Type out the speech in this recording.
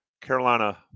Carolina